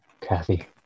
Kathy